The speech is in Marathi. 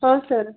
हो सर